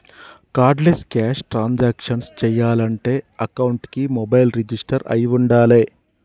cardless cash transactions చెయ్యాలంటే అకౌంట్కి mobile register అయ్యి వుండాలే